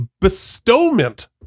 bestowment